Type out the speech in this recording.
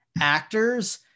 actors